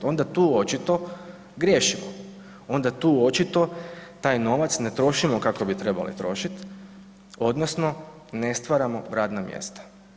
Onda tu očito griješimo, onda tu očito taj novac ne trošimo kako bi trebali trošiti odnosno ne stvaramo radna mjesta.